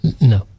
No